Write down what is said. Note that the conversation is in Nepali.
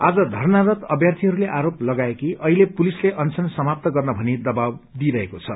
आज धरनारत अभ्यार्थीहरूले आरोप लागाए कि अलिँ पुलिसले अनशन सामाप्त गर्न भनी दवाब दिइरहेको छ